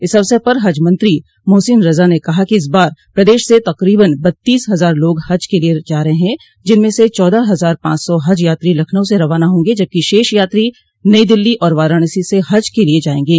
इस अवसर पर हज मंत्री मोहसिन रज़ा ने कहा कि इस बार प्रदेश से तकरीबन बत्तीस हजार लोग हज के लिए जा रहे हैं जिनमें से चौदह हजार पांच सौ हज यात्री लखनऊ से रवाना होंगे जबकि शेष यात्री नई दिल्ली और वाराणसी से हज के लिए जायेंगे